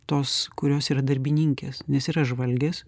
tos kurios yra darbininkės nes yra žvalgės